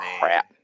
crap